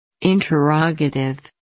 Interrogative